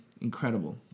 incredible